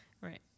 Right